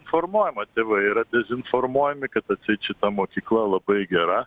formuojama tėvai yra dezinformuojami kad atseit šita mokykla labai gera